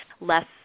less